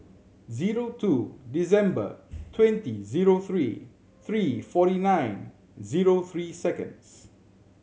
zero two December twenty zero three three forty nine zero three seconds